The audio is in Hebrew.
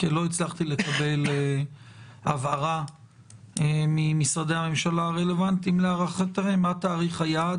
כי לא הצלחתי לקבל הבהרה ממשרדי הממשלה הרלוונטיים מה תאריך היעד